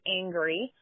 angry